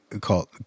called